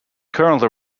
currently